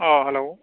अह hello